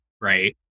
right